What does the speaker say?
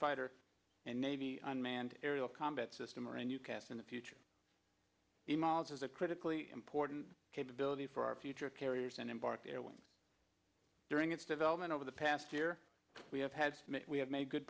fighter and navy unmanned aerial combat system or any in the future the knowledge is a critically important capability for our future carriers and embarked air wing during its development over the past year we have had we have made good